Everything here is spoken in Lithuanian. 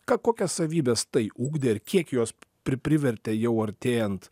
ka kokias savybes tai ugdė ir kiek jos pri privertė jau artėjant